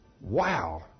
Wow